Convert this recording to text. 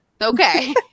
Okay